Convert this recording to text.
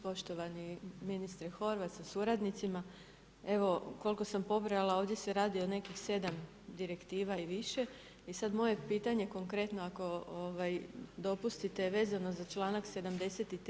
Poštovani ministre Horvat sa suradnicima, evo koliko sam pobrala ovdje se radi o nekih 7 direktiva i više i sad moje pitanje konkretno ako dopustite vezano za članak 73.